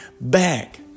back